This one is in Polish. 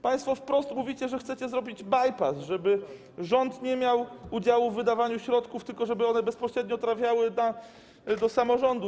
Państwo wprost mówicie, że chcecie zrobić bajpas, żeby rząd nie miał udziału w wydawaniu środków, tylko żeby one bezpośrednio trafiały do samorządów.